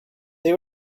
they